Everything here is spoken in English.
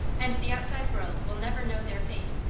and the outside world will never know their fate.